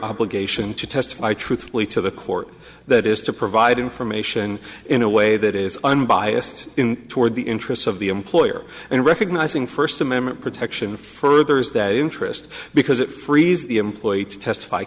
obligation to testify truthfully to the court that is to provide information in a way that is unbiased in toward the interests of the employer and recognizing first amendment protection furthers that interest because it frees the employee to testify